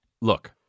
look